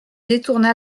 détourna